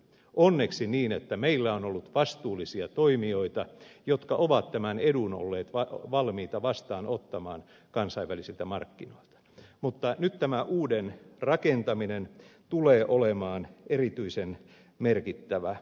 onneksi meillä on ollut vastuullisia toimijoita jotka ovat tämän edun olleet valmiita vastaanottamaan kansainvälisiltä markkinoilta mutta nyt tämä uuden rakentaminen tulee olemaan erityisen merkittävä haaste